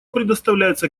предоставляется